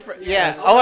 Yes